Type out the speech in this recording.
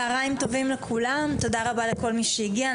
צהריים טובים לכולם, תודה רבה לכל מי שהגיע.